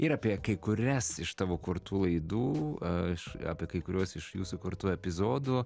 ir apie kai kurias iš tavo kurtų laidų aš apie kai kuriuos iš jūsų kurtų epizodų